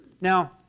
Now